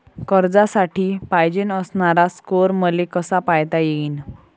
कर्जासाठी पायजेन असणारा स्कोर मले कसा पायता येईन?